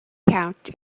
couch